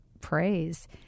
praise